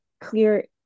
clear